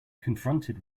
confronted